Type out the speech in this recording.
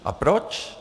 A proč?